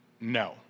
No